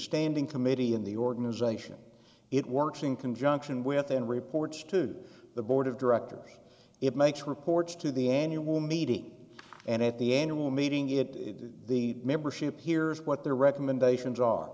standing committee in the organization it works in conjunction with and reports to the board of directors it makes reports to the annual meeting and at the annual meeting it the membership hears what their recommendations are